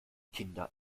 kinder